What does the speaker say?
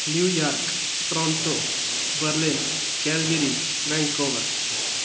New York Toronto Berlin Calgary Vancouver